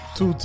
Two